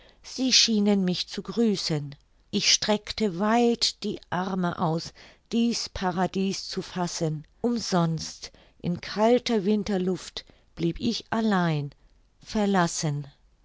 sie schienen mich zu grüßen ich streckte weit die arme aus dies paradies zu fassen umsonst in kalter winterluft blieb ich allein verlassen